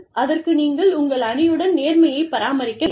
அதற்கு நீங்கள் உங்கள் அணியுடன் நேர்மையைப் பராமரிக்க வேண்டும்